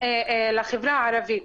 לחברה הערבית,